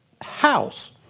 house